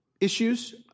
issues